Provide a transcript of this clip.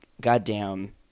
goddamn